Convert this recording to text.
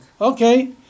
Okay